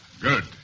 Good